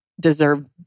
deserve